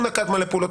הוא נקט מלא פעולות,